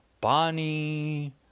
Bonnie